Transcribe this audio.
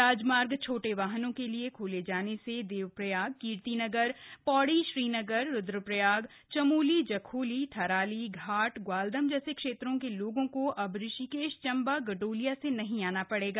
राजमार्ग छोटे वाहनों के लिए खोले जाने से देवप्रयाग कीर्ति नगर पौड़ी श्रीनगर रुद्रप्रयाग चमोली जखोली थराली घाट ग्वालदम जैसे क्षेत्रों के लोगों को अब ऋषिकेश चंबा गडोलिया से नहीं आना पड़ेगा